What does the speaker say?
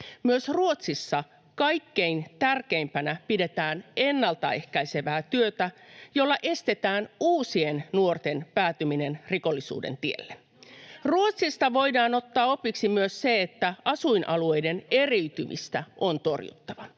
Myös Ruotsissa kaikkein tärkeimpänä pidetään ennalta ehkäisevää työtä, jolla estetään uusien nuorten päätyminen rikollisuuden tielle. [Sanna Antikaisen välihuuto] Ruotsista voidaan ottaa opiksi myös se, että asuinalueiden eriytymistä on torjuttava